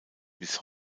bis